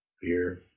fear